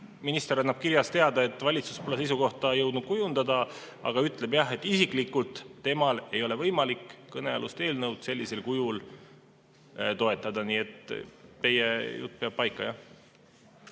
minister annab kirjas teada, et valitsus pole seisukohta jõudnud kujundada, aga ütleb, et isiklikult temal ei ole võimalik kõnealust eelnõu sellisel kujul toetada. Nii et teie jutt peab paika.